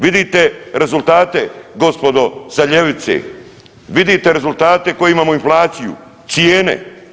Vidite rezultate gospodo sa ljevice, vidite rezultate koje imamo inflaciju, cijene.